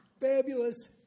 fabulous